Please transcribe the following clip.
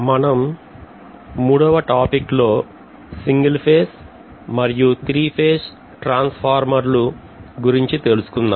మనం మూడవ టాపిక్ లో సింగిల్ ఫేజ్ మరియ త్రీ ఫేజ్ ట్రాన్స్ఫార్మర్లు గురించి తెలుసుకుందాం